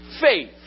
faith